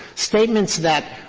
statements that,